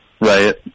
Right